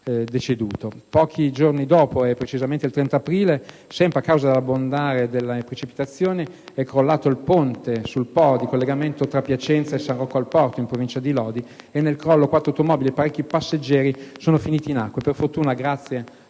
Pochi giorni dopo, precisamente il 30 aprile, sempre a causa delle abbondanti precipitazioni, è crollato il ponte sul Po di collegamento tra Piacenza e San Rocco al Porto, in provincia di Lodi. Nel crollo quattro automobili e parecchi passeggeri sono finiti in acqua e, per fortuna, grazie al